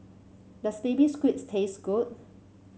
does Baby Squid taste good